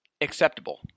Acceptable